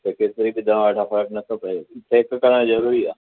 चाहे केतिरी बि दवा वठां फ़र्क़ु नथो पए टेस्ट कराइणु ज़रूरी आहे